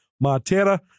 Montana